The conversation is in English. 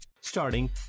Starting